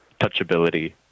touchability